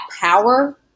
power